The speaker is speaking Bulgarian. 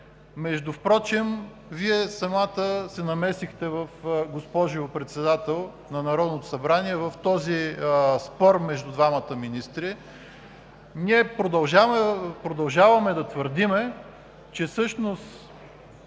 Между другото, Вие самата се намесихте, госпожо Председател на Народното събрание, в този спор между двамата министри. Ние продължаваме да твърдим, че всъщност,